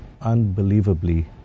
unbelievably